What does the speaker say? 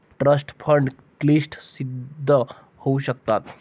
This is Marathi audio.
ट्रस्ट फंड क्लिष्ट सिद्ध होऊ शकतात